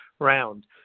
round